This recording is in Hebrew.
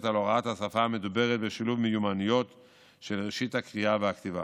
על הוראת השפה המדוברת בשילוב מיומנויות של ראשית הקריאה והכתיבה.